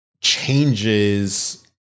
changes